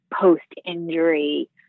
post-injury